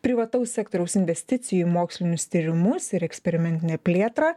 privataus sektoriaus investicijų į mokslinius tyrimus ir eksperimentinę plėtrą